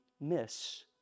miss